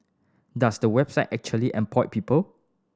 does the website actually employ people